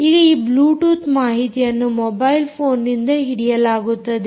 ಈಗ ಈ ಬ್ಲೂಟೂತ್ ಮಾಹಿತಿಯನ್ನು ಮೊಬೈಲ್ ಫೋನ್ನಿಂದ ಹಿಡಿಯಲಾಗುತ್ತದೆ